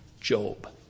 Job